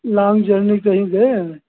long journey कहीं गए हैं